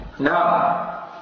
Now